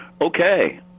okay